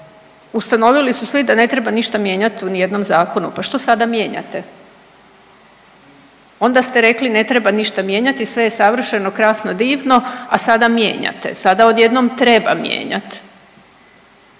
ustanovili su svi da ne treba ništa mijenjati ni u jednom zakonu, pa što sada mijenjate. Onda ste rekli ne treba ništa mijenjati sve je savršeno, krasno, divno, a sada mijenjate. Sada odjednom treba mijenjat.